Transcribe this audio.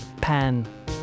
Pan